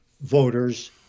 voters